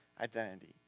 identity